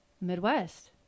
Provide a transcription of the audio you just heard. Midwest